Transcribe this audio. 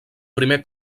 primer